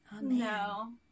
no